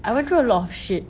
I went through a lot of shit